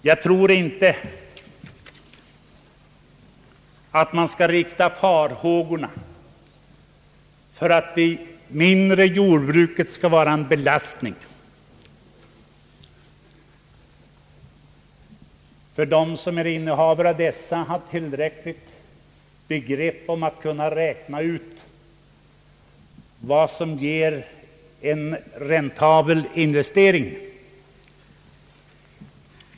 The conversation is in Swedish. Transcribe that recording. Jag tror inte man behöver hysa farhågor för att de mindre jordbruken skall utgöra en belastning för det svenska jordbruket som sådant. Innehavarna av mindre jordbruk kan utan tvekan räkna ut vad som är en räntabel investering.